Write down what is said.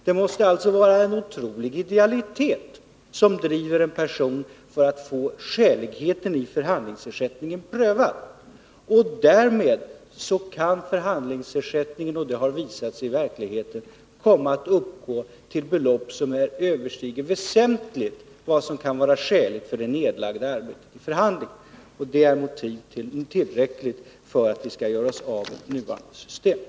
Det skall alltså till en otrolig idealitet för att få skäligheten i förhandlingsersättningen prövad. Därmed kan förhandlingsersättningen — det har också visat sig i verkligheten — komma att uppgå till belopp som väsentligt överstiger vad som kan vara skäligt för det vid förhandlingen nedlagda arbetet. Det är motiv tillräckligt för att vi skall göra oss av med det nuvarande systemet.